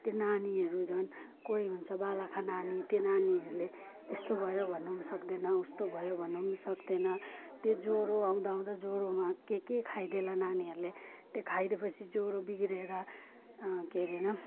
त्यो नानीहरू झन् कोही हुन्छ बालाखा नानी त्यो नानीहरूले यस्तो भयो भनौँ सक्दैन उस्तो भयो भनौँ सक्दैन त्यो ज्वरो आउँदा आउँदा ज्वरोमा के के खाइदेला नानीहरूले त्यो खाइदिए पछि ज्वरो बिग्रेर के हरे नाम